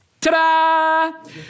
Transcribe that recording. Ta-da